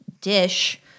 dish